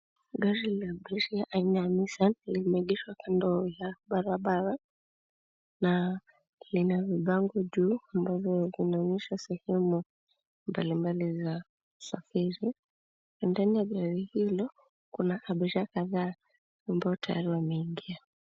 Gari la gresha aina ya Nissan limeegeshwa kando ya barabara na lina vibango juu ambavyo vinaonesha sehemu mbalimbali za kusafiri. Ndani ya gari hilo, kuna abiria kadhaa ambao tayari wameingia.